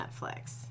Netflix